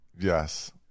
Yes